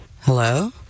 Hello